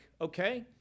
okay